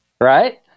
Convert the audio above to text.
Right